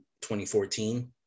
2014